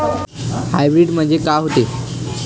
Hybrid म्हनजे का होते?